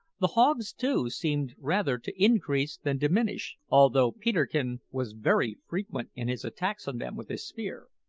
the hogs, too, seemed rather to increase than diminish, although peterkin was very frequent in his attacks on them with his spear.